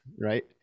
Right